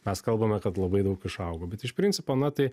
mes kalbame kad labai daug išaugo bet iš principo na tai